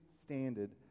standard